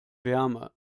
wärme